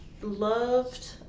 loved